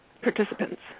participants